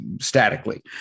statically